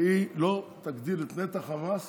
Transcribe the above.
שהיא לא תגדיל את נתח המס